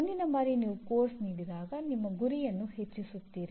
ಮುಂದಿನ ಬಾರಿ ನೀವು ಪಠ್ಯಕ್ರಮವನ್ನು ನೀಡಿದಾಗ ನಿಮ್ಮ ಗುರಿಯನ್ನು ಹೆಚ್ಚಿಸುತ್ತೀರಿ